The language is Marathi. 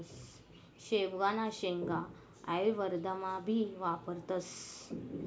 शेवगांना शेंगा आयुर्वेदमा भी वापरतस